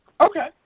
Okay